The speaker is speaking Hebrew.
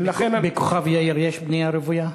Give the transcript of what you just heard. בכוכב-יאיר יש בנייה רוויה?